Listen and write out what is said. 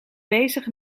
bezig